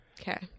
Okay